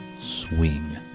swing